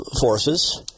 forces